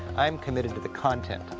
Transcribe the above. i'm committed to the content.